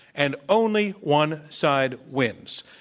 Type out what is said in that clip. and only one side wins.